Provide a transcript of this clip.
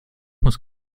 muss